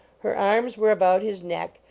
her arms were about his neck,